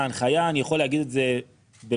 אני יכול להגיד את זה בוודאות,